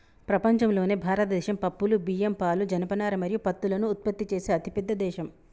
ప్రపంచంలోనే భారతదేశం పప్పులు, బియ్యం, పాలు, జనపనార మరియు పత్తులను ఉత్పత్తి చేసే అతిపెద్ద దేశం